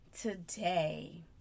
today